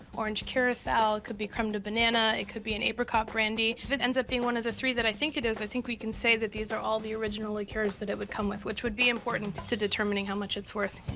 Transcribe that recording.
orange curacao. it could be creme de banana. it could be an apricot brandy. if it ends up being one of the three that i think it is, i think we can say that these are all the original liqueurs that it would come with, which would be important to determining how much it's worth.